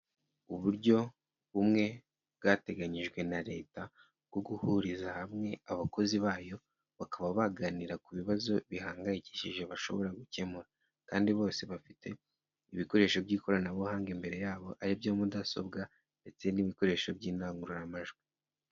Uburyo bumwe bwateganyijwe na leta bwo guhuriza hamwe abakozi bayo bakaba baganira ku bibazo bihangayikishije bashobora gukemura kandi bose bafite ibikoresho by'ikoranabuhanga imbere yabo ari byo mudasobwa ndetse n'ibikoresho by'indangururamajwi.